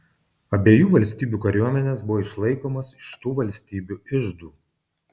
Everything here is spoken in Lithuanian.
abiejų valstybių kariuomenės buvo išlaikomos iš tų valstybių iždų